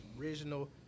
original